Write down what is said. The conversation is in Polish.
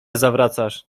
zawracasz